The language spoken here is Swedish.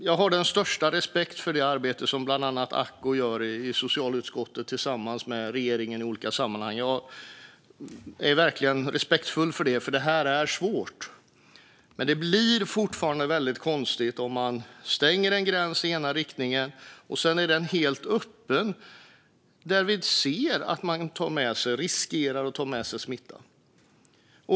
Jag har den största respekt för det arbete som bland annat Acko Ankarberg Johansson gör i socialutskottet tillsammans med regeringen i olika sammanhang. Jag är verkligen respektfull för det, för det här är svårt. Men det blir fortfarande väldigt konstigt om man stänger en gräns i ena riktningen, och sedan är den helt öppen där vi ser att man riskerar att ta med sig smitta.